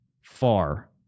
far